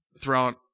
throughout